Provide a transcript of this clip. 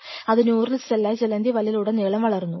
അത് neural cell ആയി ചിലന്തി വലയിൽ ഉടനീളം വളർന്നു